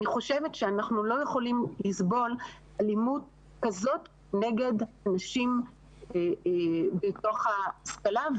אני חושבת שאנחנו לא יכולים לסבול אלימות כזאת נגד אנשים בתוך ההשכלה.